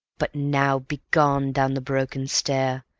but now, begone down the broken stair!